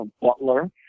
butler